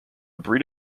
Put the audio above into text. breed